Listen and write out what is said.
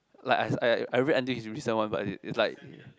like I I I read until his reason why but is is like